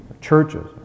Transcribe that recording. churches